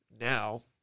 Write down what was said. Now